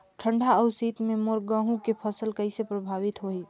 ठंडा अउ शीत मे मोर गहूं के फसल कइसे प्रभावित होही?